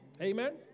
Amen